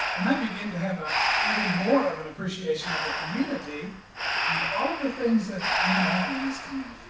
and i began to have ah even more of an appreciation of the community and all of the things that went on in this